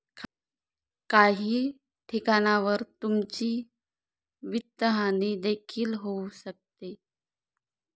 काही ठिकाणांवर तुमची वित्तहानी देखील होऊ शकते